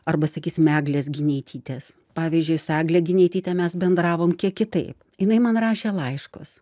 arba sakysim eglės gineitytės pavyzdžiui su egle gineityte mes bendravom kiek kitaip jinai man rašė laiškus